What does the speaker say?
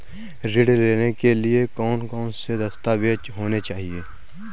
ऋण लेने के लिए कौन कौन से दस्तावेज होने चाहिए?